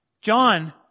John